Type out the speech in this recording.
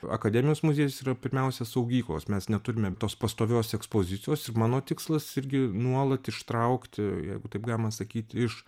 akademijos muziejus yra pirmiausia saugyklos mes neturime tos pastovios ekspozicijos ir mano tikslas irgi nuolat ištraukti jeigu taip galima sakyt iš